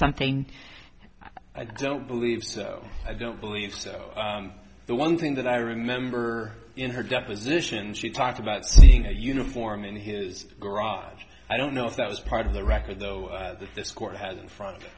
something i don't believe so i don't believe so the one thing that i remember in her deposition she talked about seeing a uniform in his garage i don't know if that was part of the record though that this court has in front